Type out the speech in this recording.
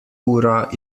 ura